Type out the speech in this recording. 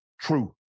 True